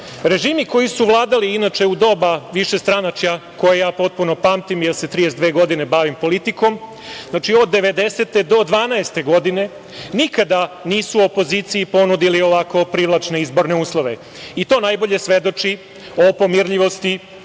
koji su vladali, inače u doba višestranačja koje ja potpuno pamtim, jer se 32 godine bavim politikom, od 1990. do 2012. godine nikada nisu opoziciji ponudili ovako privlačne izborne uslove. I to najbolje svedoči o pomirljivosti